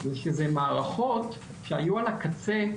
זה שזה מערכות שהיו על הקצה,